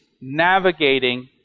navigating